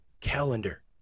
calendar